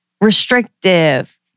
Restrictive